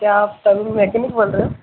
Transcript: क्या आप तनु मेकेनिक बोल रहे हो